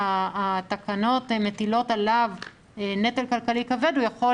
שהתקנות מטילות עליו נטל כלכלי כבד הוא יכול